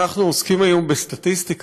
אנחנו עוסקים היום בסטטיסטיקה,